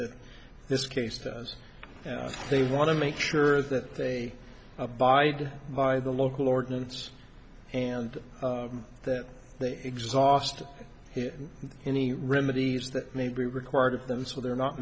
that this case says they want to make sure that they abide by the local ordinance and that they exhaust in the remedies that may be required of them so they're not